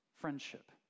friendship